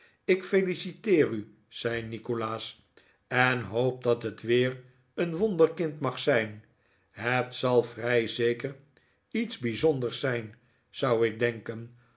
ik feliciteer u zei nikolaas en hoop dat het weer eeh wonderkind mag zijn het zal vrij zeker iets bijzonders zijn zou ik denken